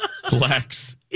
Flex